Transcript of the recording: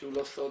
והוא לא סוד,